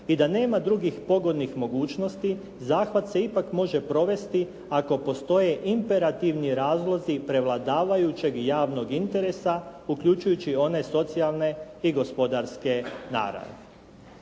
i da nema drugih pogodnih mogućnosti zahvat se ipak može provesti ako postoje imperativni razlozi prevladavajućeg javnog interesa uključujući one socijalne i gospodarske naravi.".